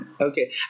Okay